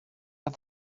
but